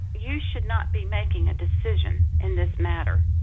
you should not be making a decision in this matter.